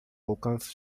alcance